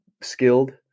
skilled